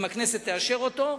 אם הכנסת תאשר אותו,